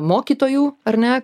mokytojų ar ne